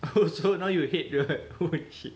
oh so now you hate the the oh shit